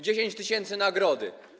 10 tys. nagrody.